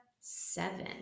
seven